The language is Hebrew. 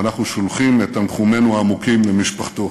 ואנחנו שולחים את תנחומינו העמוקים למשפחתו.